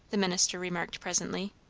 the minister remarked presently.